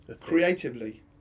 creatively